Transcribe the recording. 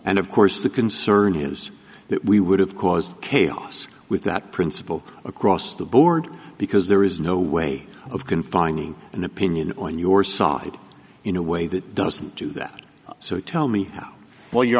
and of course the concern is that we would have caused chaos with that principle across the board because there is no way of confining an opinion on your side in a way that doesn't do that so tell me well you